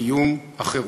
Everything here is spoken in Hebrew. לקיום החירות.